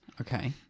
okay